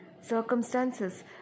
Circumstances